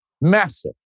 Massive